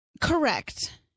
Correct